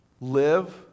Live